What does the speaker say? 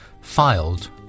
filed